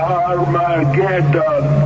armageddon